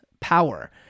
power